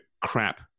crap